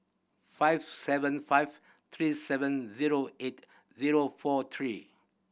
five seven five three seven zero eight zero four three